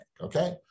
okay